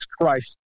Christ